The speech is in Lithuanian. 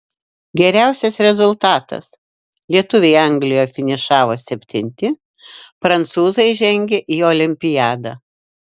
geriausias rezultatas lietuviai anglijoje finišavo septinti prancūzai žengė į olimpiadą